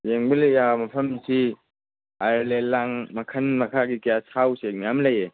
ꯌꯦꯡꯕ ꯌꯥꯕ ꯃꯐꯝꯁꯤ ꯑꯥꯏꯂꯦꯟꯗ ꯂꯥꯡ ꯃꯈꯟ ꯃꯈꯥꯒꯤ ꯀꯌꯥ ꯁꯥ ꯎꯆꯦꯛ ꯃꯌꯥꯝ ꯂꯩꯌꯦ